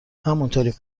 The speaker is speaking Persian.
همونطوریم